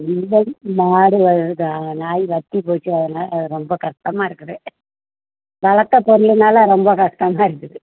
மாடு நாய் வற்றி போச்சுனால ரொம்ப கஷ்டமாக இருக்குது வளர்த்த பொருளுனால் ரொம்ப கஷ்டமாக இருக்குது